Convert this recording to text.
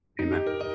Amen